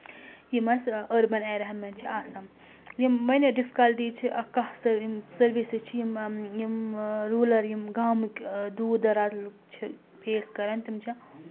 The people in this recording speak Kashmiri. یِم اَسہِ أربَن ایریاہَن منٛز چھِ آسان یِم واریاہ ڈِفکَلٹیٖز چھِ اَکھ کانٛہہ یِم سٔروِسِز چھِ یِم یِم روٗلَر یِم گامٕکۍ دوٗر دَرازٕ لُکھ چھِ فیس کَران تِم چھِ